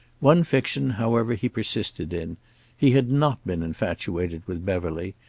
one fiction, however, he persisted in he had not been infatuated with beverly.